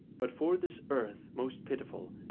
but for this earth most pitiful,